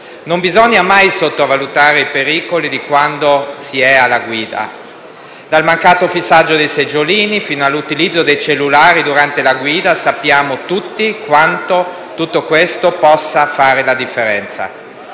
Non bisogna mai sottovalutare i pericoli di quando si è alla guida. Dal mancato fissaggio dei seggiolini, fino all'utilizzo dei cellulari durante la guida: sappiamo tutti quanto tutto questo possa fare la differenza.